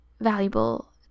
valuable